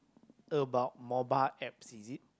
about mobile apps is it